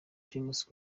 primus